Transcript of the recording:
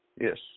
Yes